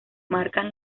marcan